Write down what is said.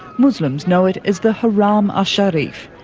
muslims know it as the haram al-sharif,